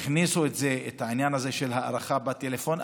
את העניין הזה של הארכה בטלפון,